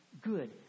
good